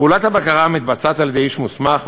פעולת הבקרה נעשית על-ידי איש מוסמך,